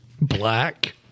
black